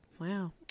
Wow